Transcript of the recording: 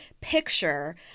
picture